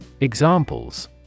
Examples